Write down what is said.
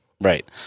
Right